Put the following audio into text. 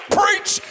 preach